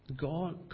God